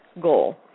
goal